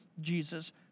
Jesus